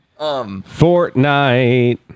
Fortnite